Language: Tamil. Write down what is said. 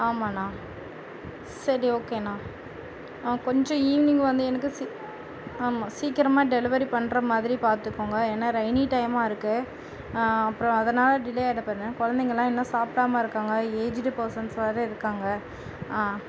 ஆமாம்ணா சரி ஓகேண்ணா ஆ கொஞ்சம் ஈவனிங் வந்து எனக்கு சி ஆமாம் சீக்கிரமாக டெலிவரி பண்ணுற மாதிரி பார்த்துக்கோங்க ஏன்னா ரைனி டைமாக இருக்கு அப்புறம் அதனால டிலே ஆகிட போது குழந்தைங்கல்லாம் இன்னும் சாப்பிடாம இருக்காங்க ஏஜுடு பார்சன்ஸ் வேறு இருக்காங்க ஆ